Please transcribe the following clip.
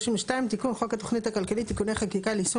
תיקון חוק התוכנית הכלכלית (תיקוני חקיקה ליישום